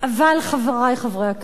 אבל, חברי חברי הכנסת,